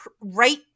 right